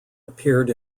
appeared